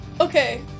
okay